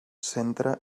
centre